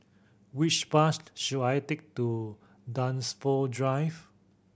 which bus should I take to Dunsfold Drive